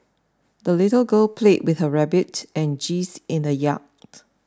the little girl played with her rabbit and geese in the yard